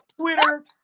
Twitter